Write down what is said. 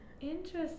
interesting